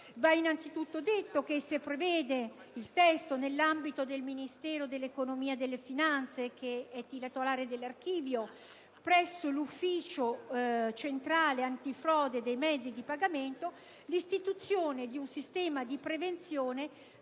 Va innanzitutto detto che il testo prevede, nell'ambito del Ministero dell'economia e delle finanze, titolare dell'archivio, presso l'Ufficio centrale antifrode dei mezzi di pagamento ( UCAMP), l'istituzione di un sistema di prevenzione